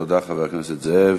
תודה, חבר הכנסת זאב.